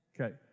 Okay